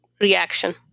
reaction